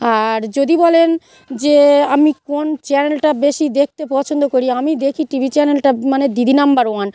আর যদি বলেন যে আমি কোন চ্যানেলটা বেশি দেখতে পছন্দ করি আমি দেখি টিভি চ্যানেলটা মানে দিদি নাম্বার ওয়ান